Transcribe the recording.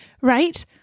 right